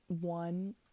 one